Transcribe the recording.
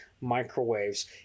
microwaves